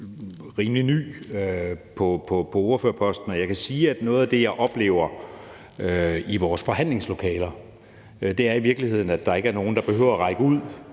rimelig ny på ordførerposten, og jeg kan sige, at noget af det, jeg oplever i vores forhandlingslokaler, er i virkeligheden, at der ikke er nogen, der behøver at række ud,